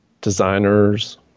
designers